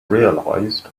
realized